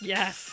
Yes